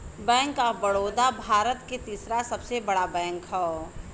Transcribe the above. bank of Baroda Bharat के तीसरा सबसे बड़ा बैंक हौ